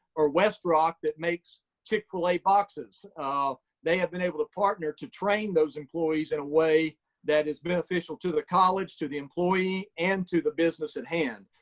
or west rock, that makes chick-fil-a boxes um they have been able to partner to train those employees in a way that is beneficial to the college, to the employee, and to the business at hand.